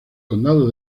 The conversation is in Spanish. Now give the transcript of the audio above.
condado